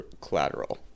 collateral